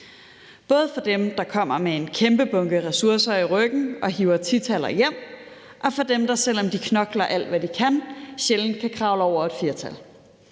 både for dem, der kommer med en kæmpe bunke ressourcer i ryggen og hiver 10-taller og hjem, og for dem, der selv om de knokler alt, hvad de kan, sjældent kan kravle over et 4-tal.